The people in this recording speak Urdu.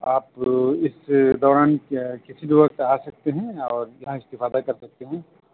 آپ اس دوران کسی بھی وقت آ سکتے ہیں اور یہاں استفادہ کر سکتے ہیں